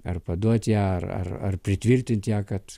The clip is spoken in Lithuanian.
ar paduot ją ar ar ar pritvirtinti ją kad